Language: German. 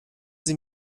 sie